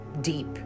deep